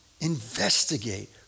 Investigate